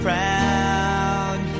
proud